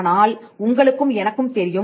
ஆனால் உங்களுக்கும் எனக்கும் தெரியும்